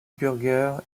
burger